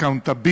accountability.